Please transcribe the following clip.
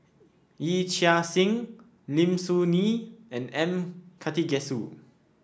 Yee Chia Hsing Lim Soo Ngee and M Karthigesu